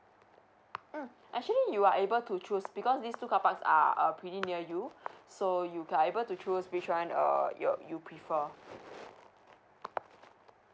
mm actually you are able to choose because these two carparks are uh pretty near you so you are able to choose which one uh you're you prefer